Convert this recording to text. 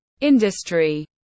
Industry